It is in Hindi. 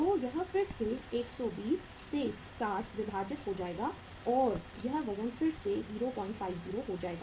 तो यह फिर से 120 से 60 विभाजित हो जाएगा और यह वजन फिर से 050 हो जाएगा